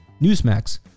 Newsmax